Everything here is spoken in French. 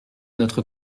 notre